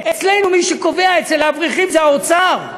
אצלנו מי שקובע, אצל האברכים, זה האוצר,